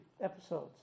episodes